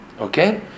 Okay